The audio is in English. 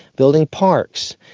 building parks.